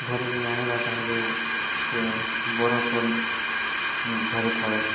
ଧରିକି ଆଣିବା ପାଇଁ ବି ବରଫ ଧରିଥାଉ